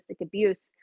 abuse